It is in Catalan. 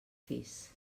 cis